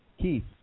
Keith